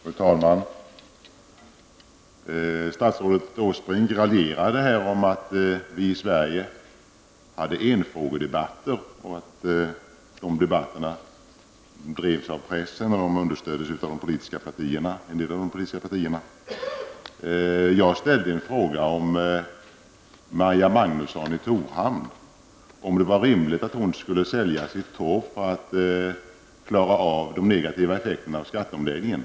Fru talman! Statsrådet Åsbrink raljerade här om att vi i Sverige har enfrågedebatter och att dessa debatter drivs av pressen och understöds av en del av de politiska partierna. Jag ställde en fråga om det var rimligt att Maja Magnusson i Torhamn skulle behöva sälja sitt torp för att klara av de negativa effekterna av skatteomläggningen.